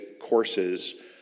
courses